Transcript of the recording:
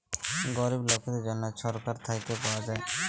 গরিব লকদের জ্যনহে ছরকার থ্যাইকে পাউয়া যায়